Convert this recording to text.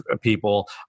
people